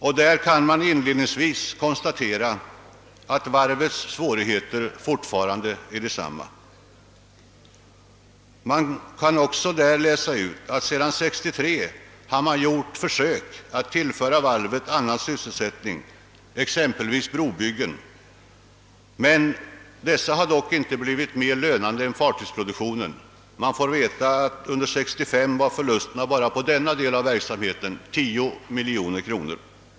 Det konstateras inledningsvis i propositionen att varvets svårigheter är desamma som tidigare, och det framgår att det sedan år 1963 har gjorts försök att tillföra varvet annan sysselsättning, exempelvis brobyggen, men att denna verksamhet inte blivit mer lönande än fartygsproduktionen. Vi får också veta att under år 1965 var förlusten enbart på denna del av rörelsen 10 miljoner kronor.